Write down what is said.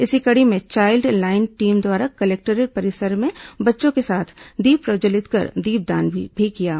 इसी कड़ी में चाइल्ड लाइन टीम द्वारा कलेक्टोरेट परिसर में बच्चों के साथ दीप प्रज्वलित कर दीपदान किया गया